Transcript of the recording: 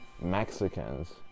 Mexicans